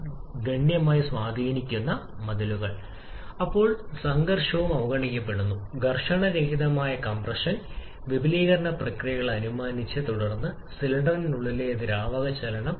ഇവിടെ ഉള്ള വായു ഇന്ധന അനുപാതത്തിന് അനുസരിച്ച് വലിയ പവർ അല്ലെങ്കിൽ പവർ ഔട്ട്പുട്ട് നമ്മൾ ആസൂത്രണം ചെയ്തിട്ടുണ്ട് സാധാരണ ഹൈഡ്രോകാർബണുകൾക്ക് 14 മുതൽ 16 വരെ പരിധി